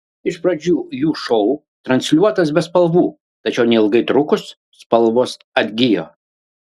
iš pradžių jų šou transliuotas be spalvų tačiau neilgai trukus spalvos atgijo